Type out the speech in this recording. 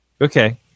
Okay